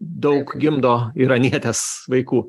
daug gimdo iranietės vaikų